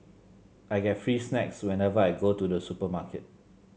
I get free snacks whenever I go to the supermarket